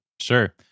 Sure